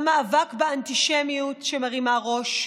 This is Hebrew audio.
המאבק באנטישמיות שמרימה ראש,